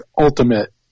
ultimate